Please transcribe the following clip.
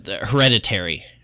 Hereditary